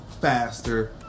faster